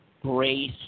grace